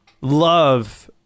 love